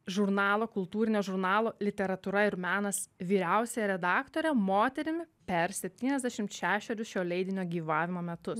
žurnalo kultūrinio žurnalo literatūra ir menas vyriausiąja redaktore moterimi per septyniasdešimt šešerius šio leidinio gyvavimo metus